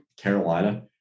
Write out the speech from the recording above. Carolina